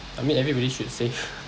I mean everybody should save